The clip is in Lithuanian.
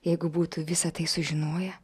jeigu būtų visa tai sužinoję